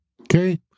Okay